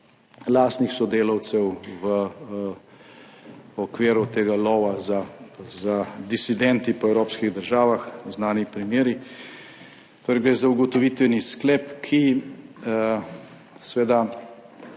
v okviru tega lova za disidenti po evropskih državah znani primeri. Torej, gre za ugotovitveni sklep, ki seveda